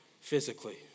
physically